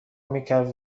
میکرد